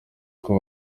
kuko